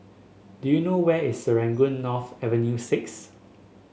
do you know where is Serangoon North Avenue Six